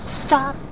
stop